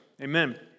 Amen